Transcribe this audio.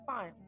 fine